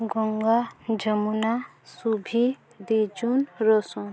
ଗଙ୍ଗା ଯମୁନା ଶୁଭି ଦିଜୁନ୍ ରସୁନ୍